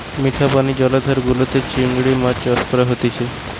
মিঠা পানি জলাধার গুলাতে চিংড়ি মাছ চাষ করা হতিছে